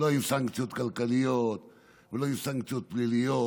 לא עם סנקציות כלכליות ולא עם סנקציות פליליות.